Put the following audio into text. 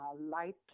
light